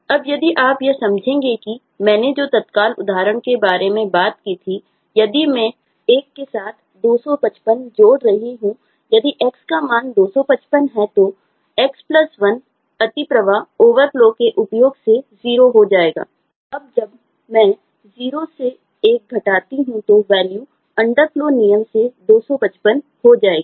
अब जब मैं 0 से 1 घटाता हूं तो वैल्यू अंडरफ्लो नियम से 255 हो जाएगी